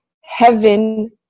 heaven